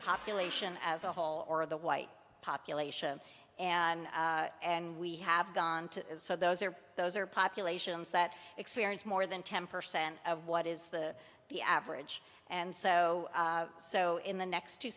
population as a whole or the white population and and we have gone to so those are those are populations that experience more than ten percent of what is the the average and so so in the next two